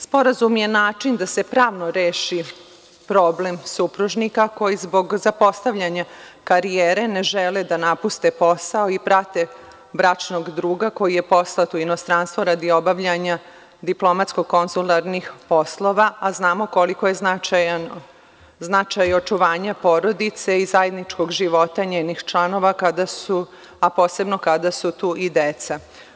Sporazum je način da se pravilno reši problem supružnika koji zbog zapostavljanja karijere ne žele da napuste posao i prate bračnog druga koji je poslat u inostranstvo radi obavljanja konzularnih poslova, a znamo koliko je značajan značaj očuvanja porodice i zajedničkog života njenih članova, a posebno kada su tu i deca.